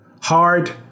Hard